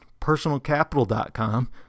PersonalCapital.com